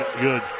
good